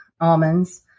almonds